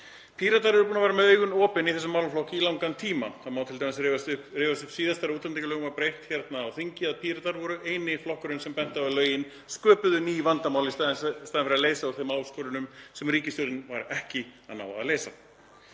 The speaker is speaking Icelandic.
Píratar eru búnir að vera með augun opin í þessum málaflokki í langan tíma. Það má t.d. rifja upp síðast þegar útlendingalögum var breytt hérna á þingi að Píratar voru eini flokkurinn sem benti á að lögin sköpuðu ný vandamál í staðinn fyrir að leysa úr þeim áskorunum sem ríkisstjórnin var ekki að ná að leysa.